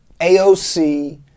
aoc